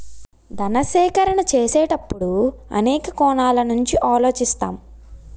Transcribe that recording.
ధన సేకరణ చేసేటప్పుడు అనేక కోణాల నుంచి ఆలోచిస్తాం